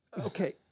okay